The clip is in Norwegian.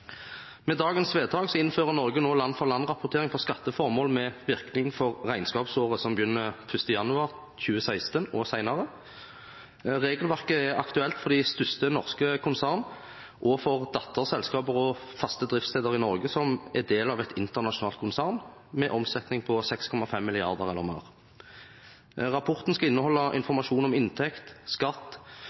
Med dagens vedtak innfører Norge nå land-for-land-rapportering for skatteformål med virkning for regnskapsåret som begynner 1. januar 2016 og senere. Regelverket er aktuelt for de største norske konsern og for datterselskaper og faste driftssteder i Norge som er en del av et internasjonalt konsern med omsetning på 6,5 mrd. kr eller mer. Rapporten skal inneholde informasjon om inntekt, skatt